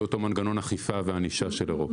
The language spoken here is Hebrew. אותו מנגנון אכיפה וענישה של אירופה.